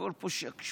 הכול פה שקשוקה.